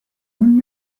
الان